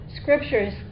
scriptures